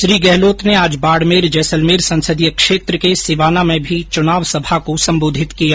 श्री गहलोत आज बाडमेर जैसलमेर संसदीय क्षेत्र रा सिंवाणा मांय चुनावी सभा नै संबोधित करया